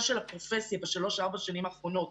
של הפרופסיה בשלוש-ארבע השנים האחרונות.